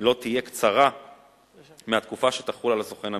לא תהיה קצרה מהתקופה שתחול על הסוכן המסחרי.